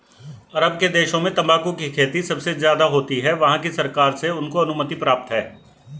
अरब के देशों में तंबाकू की खेती सबसे ज्यादा होती है वहाँ की सरकार से उनको अनुमति प्राप्त है